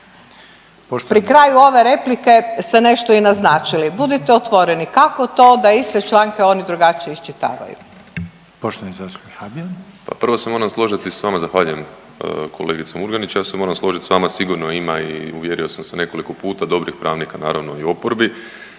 Pri kraju ove replike ste nešto i naznačili. Budite otvoreni kako to da iste članke oni drugačije iščitavaju? **Reiner, Željko (HDZ)** Poštovani zastupnik Habijan. **Habijan, Damir (HDZ)** Pa prvo se moram složiti s vama, zahvaljujem kolegice Murganić, ja se moram složiti s vama sigurno ima i uvjerio sam se nekoliko puta dobrih pravnika naravno i u oporbi.